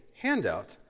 handout